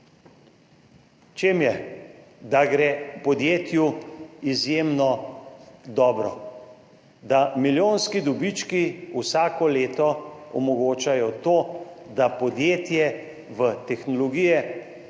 čem je? Da gre podjetju izjemno dobro, da milijonski dobički vsako leto omogočajo to, da podjetje v tehnologije